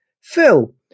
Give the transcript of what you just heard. Phil